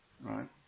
Right